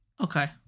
Okay